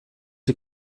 les